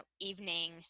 evening